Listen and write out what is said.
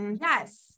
yes